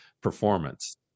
performance